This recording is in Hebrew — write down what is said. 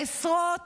לעשרות